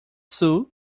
sul